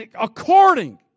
according